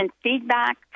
feedback